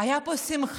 הייתה פה שמחה.